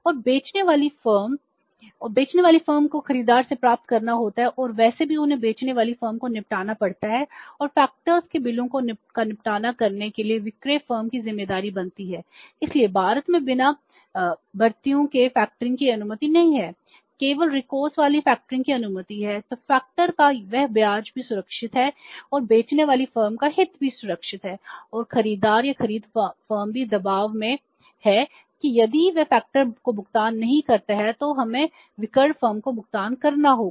और बेचने वाली फर्म को खरीदार से प्राप्त करना होता है और वैसे भी उन्हें बेचने वाली फर्म को निपटाना पड़ता है और फैक्टर को भुगतान नहीं करता है तो हमें विक्रय फर्म को भुगतान करना होगा